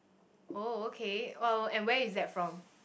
oh okay uh and where is that from